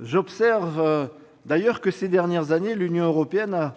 J'observe d'ailleurs que, ces dernières années, l'Union européenne a